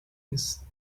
his